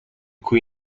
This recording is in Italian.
cui